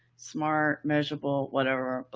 smart, measurable, whatever,